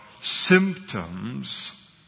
symptoms